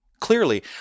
clearly